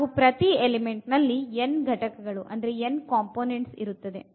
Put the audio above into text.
ಹಾಗು ಪ್ರತಿ ಎಲಿಮೆಂಟ್ ನಲ್ಲಿ n ಘಟಕಗಳಿರುತ್ತದೆ